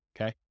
Okay